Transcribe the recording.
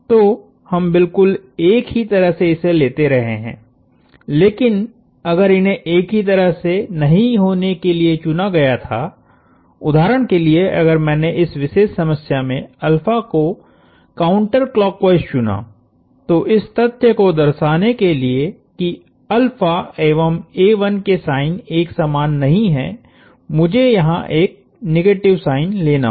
तो हम बिलकुल एक ही तरह से इसे लेते रहे है लेकिन अगर इन्हें एक ही तरह से नहीं होने के लिए चुना गया था उदाहरण के लिए अगर मैंने इस विशेष समस्या में को काउंटर क्लॉकवाइस चुना तो इस तथ्य को दर्शाने के लिए कि एवं के साइन एक समान नहीं है मुझे यहां एक निगेटिव साइन लेना होगा